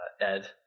Ed